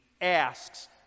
asks